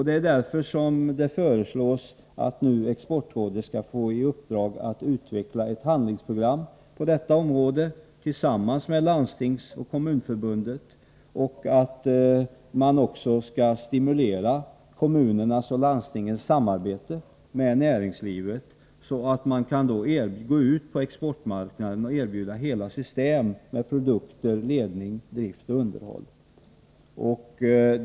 Det är därför som det föreslås att Exportrådet nu skall få i uppdrag att tillsammans med Landstingsoch Kommunförbundet utveckla ett handlingsprogram på detta område och att stimulera kommunernas och landstingens samarbete med näringslivet, så att man kan gå ut på exportmarknaden och erbjuda hela system med produkter, ledning, drift och underhåll.